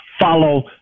follow